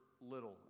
little